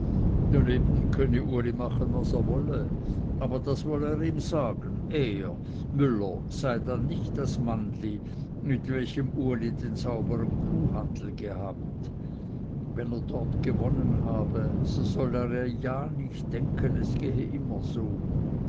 daneben könne uli machen was er wolle aber das wolle er ihm sagen er müller sei dann nicht das mannli mit welchem uli den saubern kuhhandel gehabt wenn er dort gewonnen habe so solle er ja nicht denken es gehe immer so